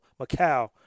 Macau